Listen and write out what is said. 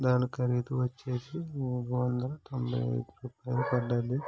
దాని ఖరీదు వచ్చేసి మూడు వందల తొంభై ఐదు రూపాయలు పడింది